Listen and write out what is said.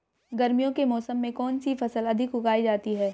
गर्मियों के मौसम में कौन सी फसल अधिक उगाई जाती है?